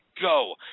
go